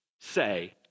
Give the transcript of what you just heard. say